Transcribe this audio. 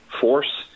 force